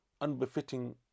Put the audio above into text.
unbefitting